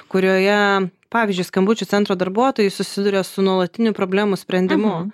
kurioje pavyzdžiui skambučių centro darbuotojai susiduria su nuolatiniu problemų sprendimu